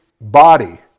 body